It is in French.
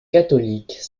catholique